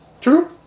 True